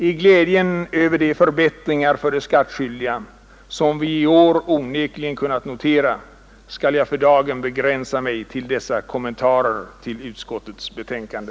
I glädjen över de förbättringar för de skattskyldiga som vi i år onekligen kunnat notera skall jag för dagen begränsa mig till dessa kommentarer till utskottets betänkande.